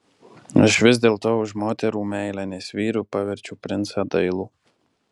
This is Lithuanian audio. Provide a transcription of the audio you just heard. aš vis dėlto už moterų meilę nes vyru paverčiau princą dailų